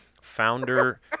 Founder